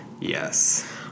Yes